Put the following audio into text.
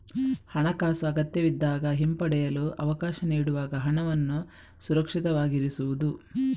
ಹಣಾಕಾಸು ಅಗತ್ಯವಿದ್ದಾಗ ಹಿಂಪಡೆಯಲು ಅವಕಾಶ ನೀಡುವಾಗ ಹಣವನ್ನು ಸುರಕ್ಷಿತವಾಗಿರಿಸುವುದು